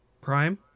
Prime